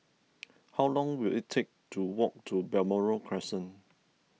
how long will it take to walk to Balmoral Crescent